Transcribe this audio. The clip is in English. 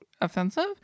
offensive